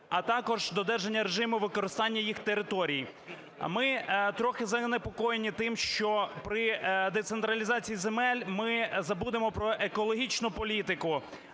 а також додержання режиму використання їх територій. Ми трохи занепокоєні тим, що при децентралізації земель ми забудемо про екологічну політику.